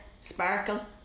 sparkle